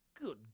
good